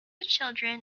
children